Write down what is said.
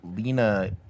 Lena